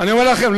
אני אומר לכם.